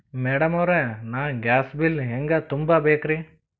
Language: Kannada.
ಮೆಡಂ ಅವ್ರ, ನಾ ಗ್ಯಾಸ್ ಬಿಲ್ ಹೆಂಗ ತುಂಬಾ ಬೇಕ್ರಿ?